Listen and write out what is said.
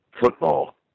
football